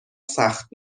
سخت